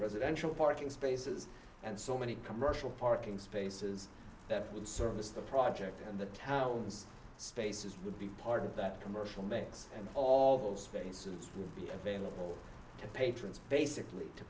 residential parking spaces and so many commercial parking spaces that would service the project and the town's spaces would be part of that commercial mix and all those faces be available to patrons basically to